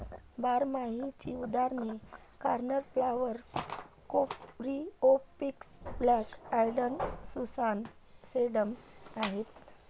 बारमाहीची उदाहरणे cornflower, coreopsis, black eyed Susan, sedum आहेत